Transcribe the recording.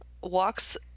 walks